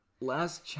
last